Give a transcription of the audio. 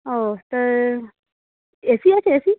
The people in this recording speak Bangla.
ও তা এ সি আছে এ সি